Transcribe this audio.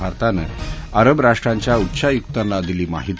भारतानं अरब राष्ट्रांच्या उच्चायुक्तांना दिली माहिती